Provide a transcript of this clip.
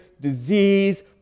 disease